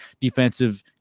defensive